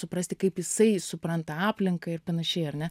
suprasti kaip jisai supranta aplinką ir panašiai ar ne